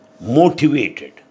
motivated